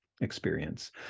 experience